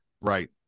Right